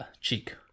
cheek